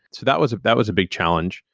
that was that was a big challenge.